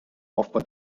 aufbau